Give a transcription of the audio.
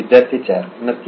विद्यार्थी 4 नक्कीच